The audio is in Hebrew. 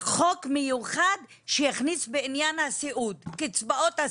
חוק מיוחד שיכניס בעניין קצבאות הסיעוד?